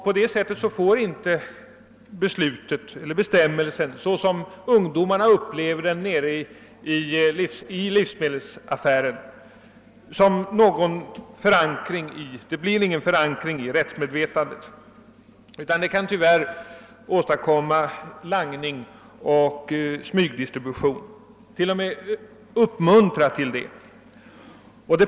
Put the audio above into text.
På det sättet får inte bestämmelsen, såsom ungdomarna upplever den nere i livsmedelsaffären, någon förankring i rättsmedvetandet. Tyvärr kan bestämmelsen åstadkomma langning och smygdistribution. Den kan t.o.m. uppmuntra till detta.